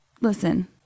Listen